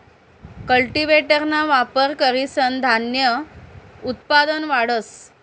कल्टीव्हेटरना वापर करीसन धान्य उत्पादन वाढस